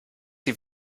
sie